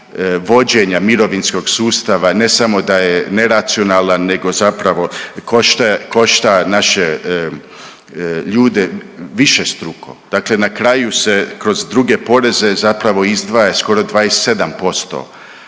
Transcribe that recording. vođenja mirovinskog sustav ne samo da je neracionalan nego zapravo košta naše ljude višestruko. Dakle na kraju se kroz druge poreze zapravo izdvaja skoro 27%